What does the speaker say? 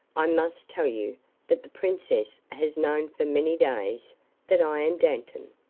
i must tell you that the princess has known for many days that i am dantan.